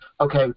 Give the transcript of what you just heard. Okay